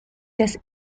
des